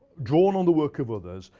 drawn on the work of others,